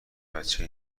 بچه